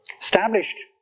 Established